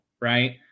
right